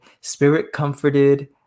spirit-comforted